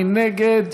מי נגד?